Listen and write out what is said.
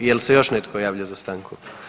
Jel se još netko javlja za stanku?